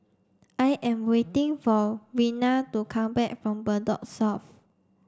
I am waiting for Vena to come back from Bedok South